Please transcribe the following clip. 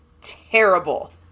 terrible